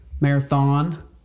marathon